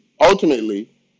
ultimately